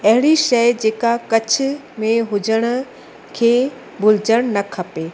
अहिड़ी शइ जे का कच्छ में हुजण खे भुलिजणु न खपे